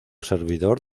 servidor